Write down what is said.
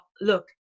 look